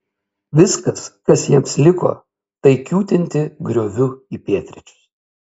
viskas kas jiems liko tai kiūtinti grioviu į pietryčius